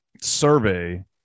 survey